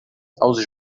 aos